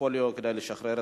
איסור מימון טרור (תיקון מס' 13)